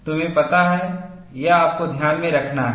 तुम्हें पता है यह आपको ध्यान में रखना है